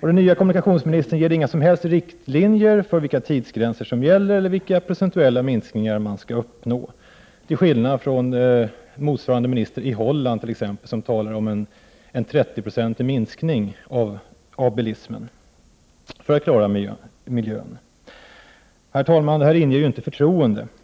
Den nye kommunikationsministern ger inga som helst riktlinjer för vilka tidsgränser som gäller eller vilka procentuella minskningar man skall uppnå, till skillnad från t.ex. motsvarande minister i Holland, som talar om en 30-procentig minskning av bilismen för att klara miljön. Detta inger inte förtroende, herr talman.